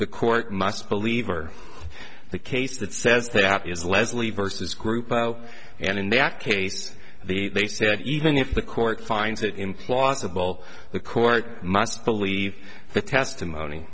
the court must believe or the case that says that is leslie versus group and in the act case the they say even if the court finds it implausible the court must believe the testimony